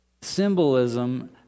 symbolism